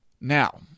Now